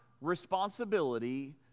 responsibility